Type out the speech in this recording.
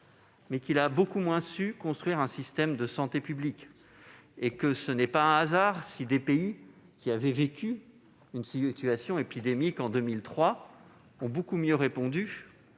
bien -, il a beaucoup moins su construire un système de santé publique. Ce n'est pas un hasard si des pays qui ont vécu une situation épidémique en 2003 ont beaucoup mieux répondu,